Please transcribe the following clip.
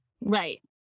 right